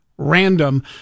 random